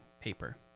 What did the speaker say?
paper